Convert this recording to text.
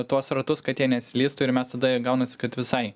tuos ratus kad jie neslystų ir mes tada jie gaunasi kad visai